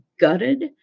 gutted